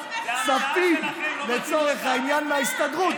לקחת כספים לצורך העניין מההסתדרות.